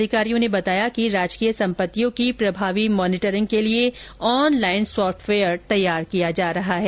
अधिकारियों ने बताया कि राजकीय सम्पत्तियों की प्रभावी मॉनिटरिंग के लिए ऑनलाइन सॉफ्टवेयर तैयार किया जा रहा है